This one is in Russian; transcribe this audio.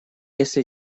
если